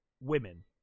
women